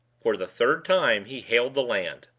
for the third time he hailed the land.